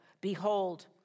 behold